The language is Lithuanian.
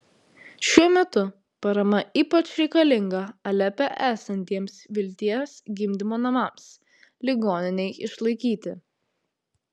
šiuo metu parama ypač reikalinga alepe esantiems vilties gimdymo namams ligoninei išlaikyti